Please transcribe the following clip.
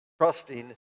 trusting